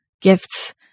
gifts